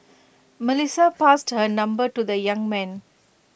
Melissa passed her number to the young man